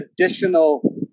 additional